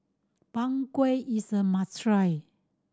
Png Kueh is a must try